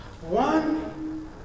one